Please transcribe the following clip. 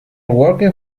working